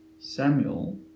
Samuel